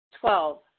Twelve